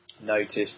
noticed